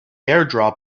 airdrop